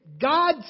God